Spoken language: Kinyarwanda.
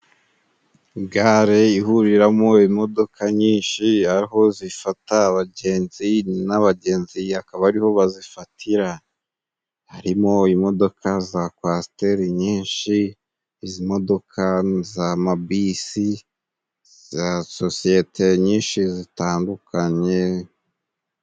Gare ihuriramo imodoka nyinshi aho zifata abagenzi n'abagenzi akaba ariho bazifatira ,harimo imodoka za kwasiteri nyinshi, izi modoka z'amabisi za sosiyete nyinshi zitandukanye....